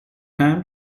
ham